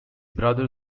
brother